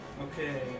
Okay